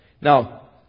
Now